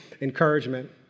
encouragement